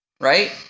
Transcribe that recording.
right